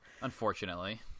Unfortunately